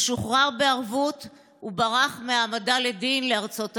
הוא שוחרר בערבות וברח מהעמדה לדין לארצות הברית.